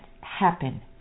happen